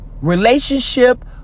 Relationship